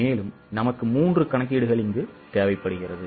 மேலும் நமக்கு மூன்று கணக்கீடுகள் தேவைப்படுகிறது